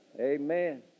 Amen